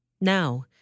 Now